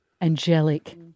Angelic